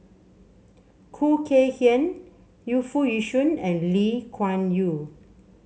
Khoo Kay Hian Yu Foo Yee Shoon and Lee Kuan Yew